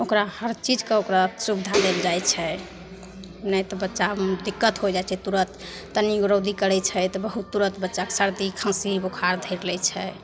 ओकरा हर चीजके ओकरा सुविधा देल जाइ छै नहि तऽ बच्चामे दिक्कत हो जाइ छै तुरन्त तनिगो रौदी करै छै तऽ बहुत तुरन्त बच्चाके सरदी खाँसी बोखार धरि लै छै